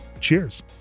Cheers